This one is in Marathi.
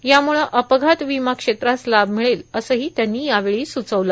यामुळं अपघात विमा क्षेत्रास लाभ मिळेल असंही त्यांनी यावेळी सुचवलं